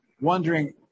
wondering